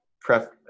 pref